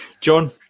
John